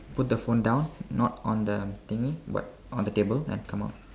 put the phone down not on the thing but on the table and come out